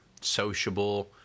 sociable